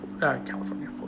California